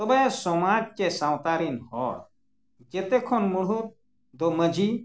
ᱛᱚᱵᱮ ᱥᱚᱢᱟᱡᱽ ᱥᱮ ᱥᱟᱶᱛᱟ ᱨᱤᱱ ᱦᱚᱲ ᱡᱷᱚᱛᱚ ᱠᱷᱚᱱ ᱢᱩᱲᱦᱩᱫ ᱫᱚ ᱢᱟᱺᱡᱷᱤ